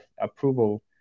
approval